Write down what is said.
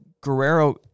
Guerrero